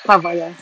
karva ya